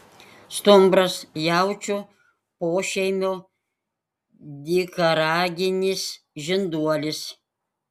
stumbras jaučių pošeimio dykaraginis žinduolis